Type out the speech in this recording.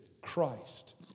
Christ